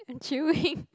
and chewing